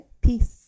Peace